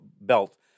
belt